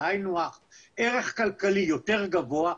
זה הינו הך ערך כלכלי יותר גבוה,